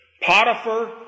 Potiphar